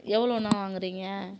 எவ்வளோண்ணா வாங்கறீங்க